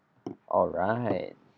alright